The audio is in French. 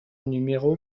numéro